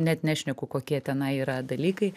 net nešneku kokie tenai yra dalykai